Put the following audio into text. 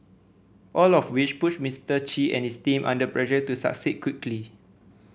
all of which puts Mister Chi and his team under pressure to succeed quickly